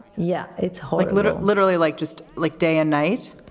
yeah, it's ah like literally, literally like just like day and night.